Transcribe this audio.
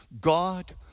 God